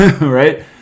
right